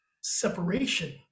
separation